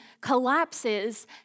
collapses